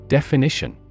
Definition